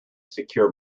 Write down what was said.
secure